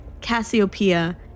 Cassiopeia